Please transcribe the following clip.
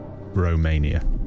Romania